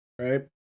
right